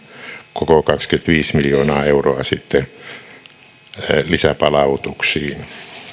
koko kaksikymmentäviisi miljoonaa euroa lisäpalautuksiin